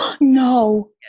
no